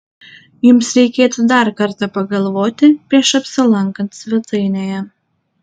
jums reikėtų dar kartą pagalvoti prieš apsilankant svetainėje